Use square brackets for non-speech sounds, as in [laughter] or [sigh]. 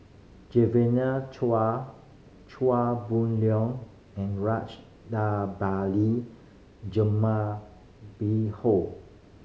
[unintelligible] Chua Chua Boon Leong and [unintelligible] Jumabhoy